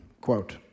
quote